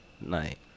night